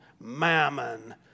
mammon